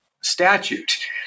statute